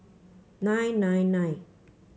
nine nine nine